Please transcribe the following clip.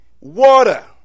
water